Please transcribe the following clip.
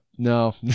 No